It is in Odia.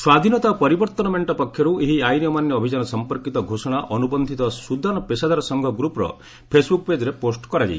ସ୍ୱାଧୀନତା ଓ ପରିବର୍ଭନ ମେଣ୍ଟ ପକ୍ଷରୁ ଏହି ଆଇନ୍ ଅମାନ୍ୟ ଅଭିଯାନ ସମ୍ପର୍କୀତ ଘୋଷଣା ଅନୁବନ୍ଧିତ ସୁଦାନ ପେସାଦାର ସଂଘ ଗ୍ରପ୍ର ଫେସ୍ବୁକ୍ ପେଜ୍ରେ ପୋଷ୍ଟ କରାଯାଇଛି